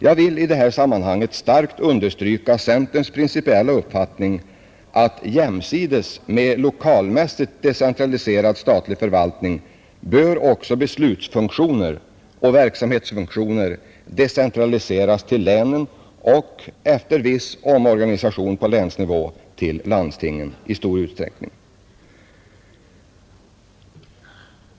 Jag vill i det här sammanhanget kraftigt understryka centerns principiella uppfattning att jämsides med lokalmässigt decentraliserad statlig förvaltning bör även beslutsfunktioner och verksamhetsfunktioner decentraliseras till länen och, efter viss omorganisation på länsnivå, till landstingen i stor utsträckning.